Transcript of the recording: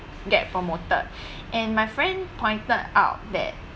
get promoted and my friend pointed out that